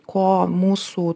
ko mūsų